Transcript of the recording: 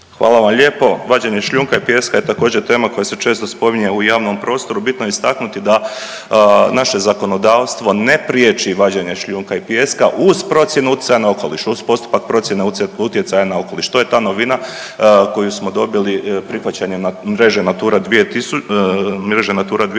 Hvala vam lijepo. Vađenje šljunka i pijeska je također tema koja se često spominje u javnom prostoru. Bitno je istaknuto da naše zakonodavstvo ne priječi vađenje šljunka i pijeska uz procjenu utjecaja na okoliš, uz postupak procjene utjecaja na okoliš. To je ta novina koju smo dobili prihvaćanjem mreže Natura 2000